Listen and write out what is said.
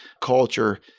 culture